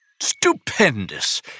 Stupendous